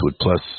plus